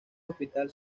hospital